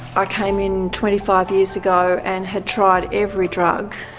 ah came in twenty five years ago and had tried every drug,